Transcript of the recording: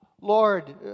Lord